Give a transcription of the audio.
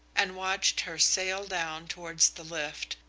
and watched her sail down towards the lift,